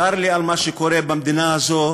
צר לי על מה שקורה במדינה הזו,